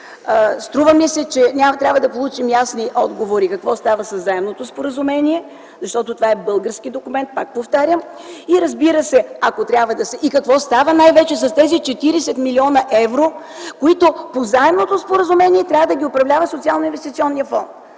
решение. Трябва да получим ясни отговори какво става със заемното споразумение, защото това е български документ, пак повтарям, и какво става най-вече с тези 40 млн. евро, които по заемното споразумение трябва да ги управлява Социалноинвестиционният фонд?